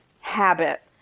habit